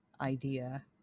idea